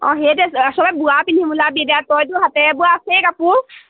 অঁ সেইটোৱে চবে বোৱা পিন্ধিম ওলাবি এতিয়া তই তো হাতেৰে বোৱা আছেয়েই কাপোৰ